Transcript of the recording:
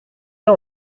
cas